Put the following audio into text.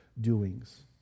doings